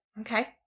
Okay